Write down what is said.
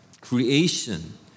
Creation